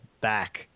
back